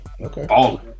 Okay